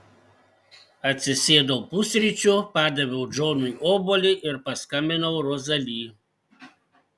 atsisėdau pusryčių padaviau džonui obuolį ir paskambinau rozali